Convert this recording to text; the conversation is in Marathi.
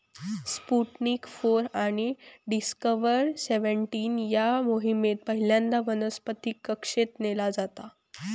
स्पुतनिक फोर आणि डिस्कव्हर सेव्हनटीन या मोहिमेत पहिल्यांदा वनस्पतीक कक्षेत नेला जाता